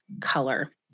color